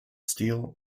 steel